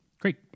Great